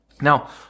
Now